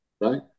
Right